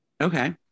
Okay